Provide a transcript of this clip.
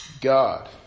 God